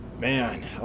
Man